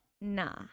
Nah